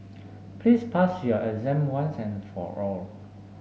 please pass your exam once and for all